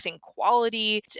quality